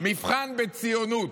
מבחן בציונות,